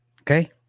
Okay